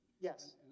Yes